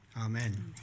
Amen